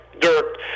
dirt